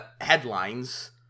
headlines